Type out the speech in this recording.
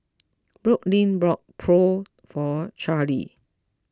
Brooklynn bought Pho for Charlee